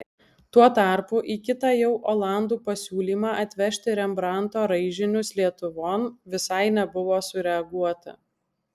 tuo tarpu į kitą jau olandų pasiūlymą atvežti rembrandto raižinius lietuvon visai nebuvo sureaguota